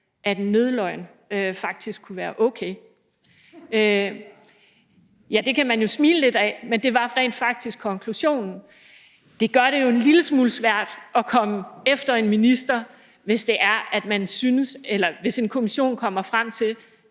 at en nødløgn faktisk kunne være okay? Ja, det kan man jo smile lidt af, men det var rent faktisk konklusionen. Det gør det jo en lille smule svært at komme efter en minister, hvis en kommission kommer frem til,